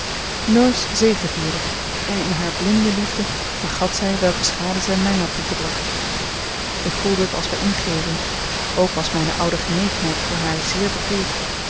nurse zegevierde en in hare blinde liefde vergat zij welke schade zij mij had toegebracht ik voelde het als bij ingeving ook was mijne oude genegenheid voor haar zeer bekoeld